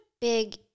big